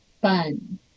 fun